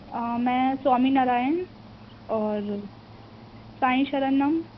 میں سوامی نارائن اور سائیں شرنم